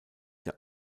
der